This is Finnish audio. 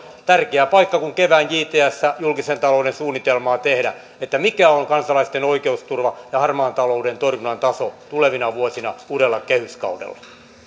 tärkeä paikka päättää kun kevään jtsää julkisen talouden suunnitelmaa tehdään mikä on kansalaisten oikeusturva ja harmaan talouden torjunnan taso tulevina vuosina uudella kehyskaudella